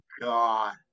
God